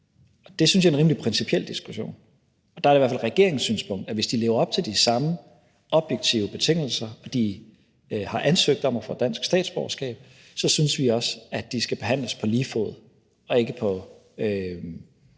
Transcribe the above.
Det synes jeg er en rimelig principiel diskussion, og der er det i hvert fald regeringens synspunkt, at hvis de lever op til de samme objektive betingelser og de har ansøgt om at få dansk statsborgerskab, skal de behandles på lige fod og ikke mødes